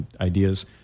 ideas